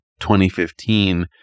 2015